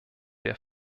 der